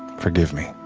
forgive me.